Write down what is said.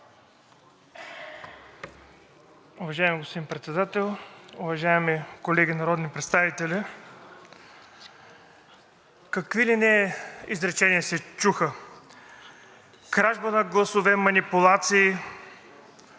Уважаеми господин Председател, уважаеми колеги народни представители! Какви ли не изречения се чуха – кражба на гласове, манипулации,